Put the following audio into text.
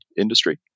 industry